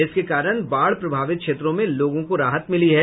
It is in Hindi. इसके कारण बाढ़ प्रभावित क्षेत्रों में लोगों को राहत मिली है